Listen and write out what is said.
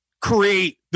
create